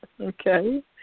Okay